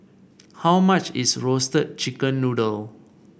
how much is Roasted Chicken Noodle